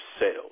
sales